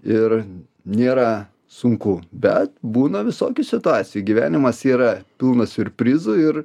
ir nėra sunku bet būna visokių situacijų gyvenimas yra pilnas siurprizų ir